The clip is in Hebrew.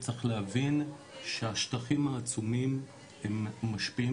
צריך להבין שהשטחים העצומים הם משפיעים